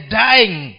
dying